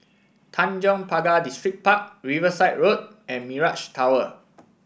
Tanjong Pagar Distripark Riverside Road and Mirage Tower